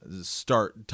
start